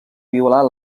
violar